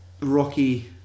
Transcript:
Rocky